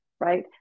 right